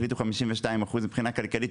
החליטו על 52% מבחינה כלכלית,